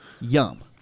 Yum